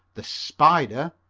the spider,